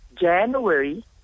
January